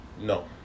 No